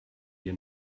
your